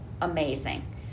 amazing